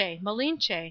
Malinche